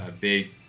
big